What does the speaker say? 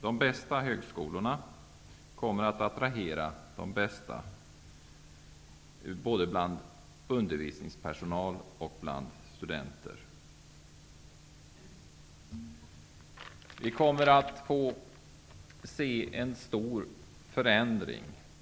De bästa högskolorna kommer att attrahera de bästa bland både undervisningspersonal och studenter. Vi kommer att få se en stor förändring.